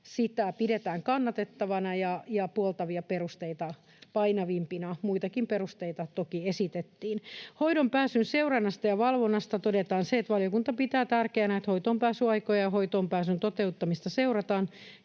sitä pidetään kannatettavana ja puoltavia perusteita painavimpina. Muitakin perusteita toki esitettiin. Hoitoonpääsyn seurannasta ja valvonnasta todetaan se, että valiokunta pitää tärkeänä, että hoitoonpääsyaikoja ja hoitoonpääsyn toteutumista seurataan